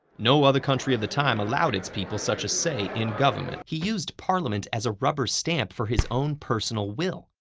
no other country of the time allowed its people such a say in government. prosecutor he used parliament as a rubber stamp for his own personal will.